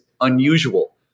unusual